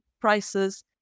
prices